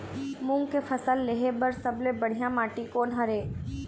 मूंग के फसल लेहे बर सबले बढ़िया माटी कोन हर ये?